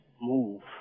move